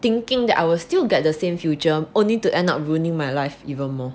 thinking that I will still get the same future only to end up ruining my life even more